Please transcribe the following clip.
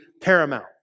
paramount